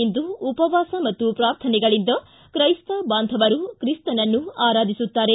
ಇಂದು ಉಪವಾಸ ಮತ್ತು ಪ್ರಾರ್ಥನೆಗಳಿಂದ ಕ್ರೈಸ್ತ ಬಾಂಧವರನ್ನು ತ್ರಿಸ್ತನನ್ನು ಆರಾಧಿಸುತ್ತಾರೆ